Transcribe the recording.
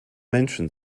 menschen